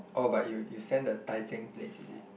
oh but you you send the Tai-Seng places is it